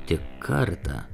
tik kartą